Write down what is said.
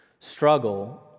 struggle